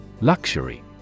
Luxury